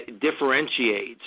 differentiates